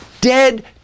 dead